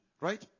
right